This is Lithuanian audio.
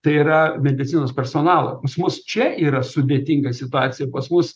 tai yra medicinos personalo pas mus čia yra sudėtinga situacija pas mus